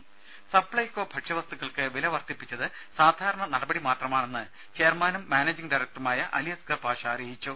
രുമ സപ്പൈകോ ഭക്ഷ്യവസ്തുക്കൾക്ക് വില വർദ്ധിപ്പിച്ചത് സാധാരണ നടപടി മാത്രമാണെന്ന് ചെയർമാനും മാനേജിംഗ് ഡയറക്ടറുമായ അലി അസ്ഗർ പാഷ അറിയിച്ചു